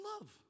love